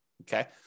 Okay